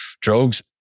drugs